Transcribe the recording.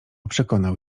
przekonał